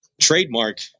trademark